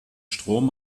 strom